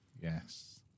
Yes